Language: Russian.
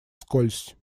вскользь